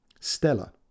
Stella